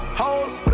hoes